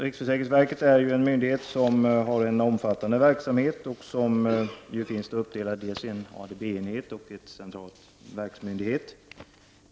Riksförsäkringsverket är en myndighet med omfattande verksamhet uppdelad i en ADB-enhet och en central verksmyndighet.